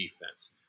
defense